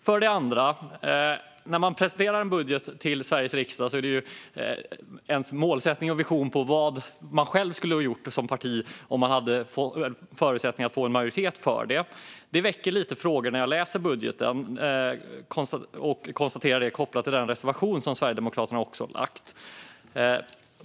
För det andra: När man presenterar en budget för Sveriges riksdag är den ens målsättning och vision för vad man själv skulle ha gjort om man hade förutsättningar att få en majoritet för den. Jag konstaterar att det väcker en del frågor när jag läser budgeten, kopplade till den reservation som Sverigedemokraterna också har lagt.